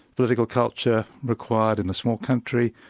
political culture required in a small country,